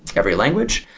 every language.